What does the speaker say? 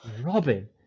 Robin